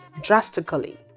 drastically